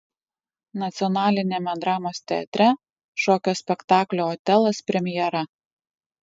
nacionaliniame dramos teatre šokio spektaklio otelas premjera